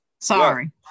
Sorry